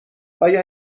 آیا